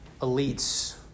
elites